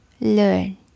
learn